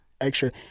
extra